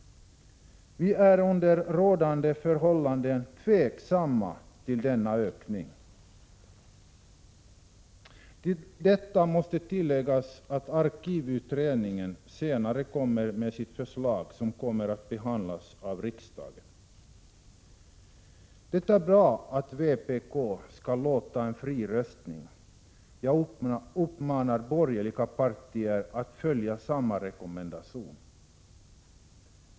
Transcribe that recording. Vi är under rådande förhållanden tveksamma till denna ökning. Till detta måste läggas att arkivutredningen senare kommer med sitt förslag, som kommer att behandlas av riksdagen. Det är bra att vpk kommer att tillåta fri röstning. Jag uppmanar de borgerliga partierna att följa den rekommendationen.